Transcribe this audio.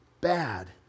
bad